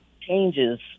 changes